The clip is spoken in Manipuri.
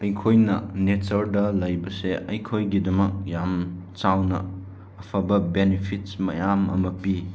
ꯑꯩꯈꯣꯏꯅ ꯅꯦꯆꯔꯗ ꯂꯩꯕꯁꯦ ꯑꯩꯈꯣꯏꯒꯤꯗꯃꯛ ꯌꯥꯝ ꯆꯥꯎꯅ ꯑꯐꯕ ꯕꯦꯅꯤꯐꯤꯠꯁ ꯃꯌꯥꯝ ꯑꯃ ꯄꯤ